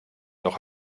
noch